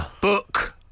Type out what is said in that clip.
Book